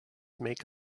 make